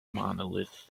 monolith